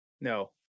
No